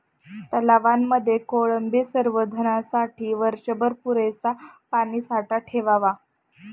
तलावांमध्ये कोळंबी संवर्धनासाठी वर्षभर पुरेसा पाणीसाठा ठेवावा